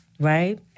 right